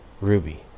Ruby